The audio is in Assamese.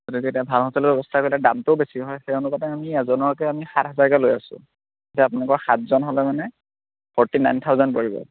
গতিকে এতিয়া ভাল হোটেলৰ ব্যৱস্থা কৰিলে দামটোও বেছি হয় সেই অনুপাতে আমি এজনৰকে আমি সাত হাজাৰকৈ লৈ আছোঁ এতিয়া আপোনালোকৰ সাতজন হ'লে মানে ফ'ৰ্টি নাইন থাউজেণ্ড পৰিব